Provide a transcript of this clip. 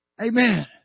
Amen